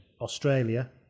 Australia